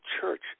church